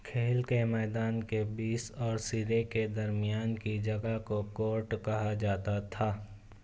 کھیل کے میدان کے بیس اور سرے کے درمیان کی جگہ کو کورٹ کہا جاتا تھا